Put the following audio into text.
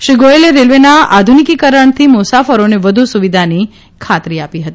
શ્રી ગોયલે રેલવેના આધુનીકરણથી મુસાફરોને વધુ સુવિધાની ખાતરી આપી હતી